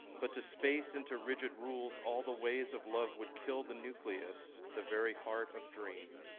but to space into rigid rules. all the ways of love would kill the nucleus, the very heart of dream.